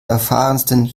erfahrensten